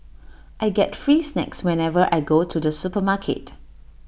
I get free snacks whenever I go to the supermarket